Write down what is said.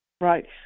Right